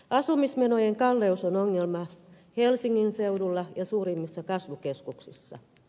asumismenojen kalleus on ongelma helsingin seudulla ja suurimmissa kasvukeskuksissa